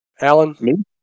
Alan